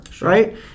right